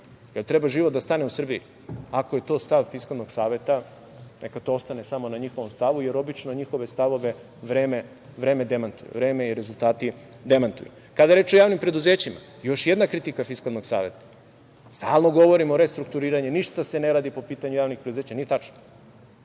li treba život da stane u Srbiji? Ako je to stav Fiskalnog saveta, neka to ostane samo na njihovom stavu, jer obično njihove stavove vreme demantuje, vreme i rezultati demantuju. Kada je reč o javnim preduzećima još jedna kritika Fiskalnog saveta "stalno govorimo o restrukturiranju, ništa se ne radi po pitanju javnih preduzeća". Nije tačno.